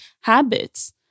habits